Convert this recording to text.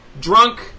Drunk